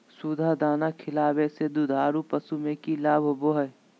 सुधा दाना खिलावे से दुधारू पशु में कि लाभ होबो हय?